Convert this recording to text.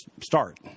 start